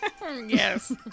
Yes